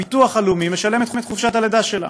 הביטוח הלאומי משלם את חופשת הלידה שלה,